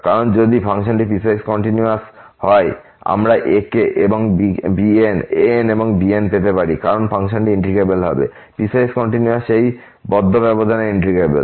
কারণ যদি ফাংশনটি পিসওয়াইস কন্টিনিউয়াস হয় আমরা an এবং bn পেতে পারি কারণ ফাংশনটি ইন্টিগ্রেবল হবে পিসওয়াইস কন্টিনিউয়াস সেই বন্ধ ব্যবধানে ইন্টিগ্রেবল